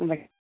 അതെ